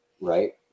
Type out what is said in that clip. Right